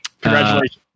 congratulations